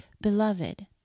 Beloved